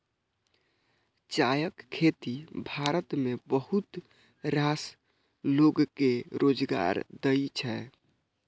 चायक खेती भारत मे बहुत रास लोक कें रोजगार दै छै